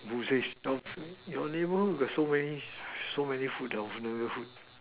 who says no food your neighborhood got so many so many food no food